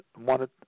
wanted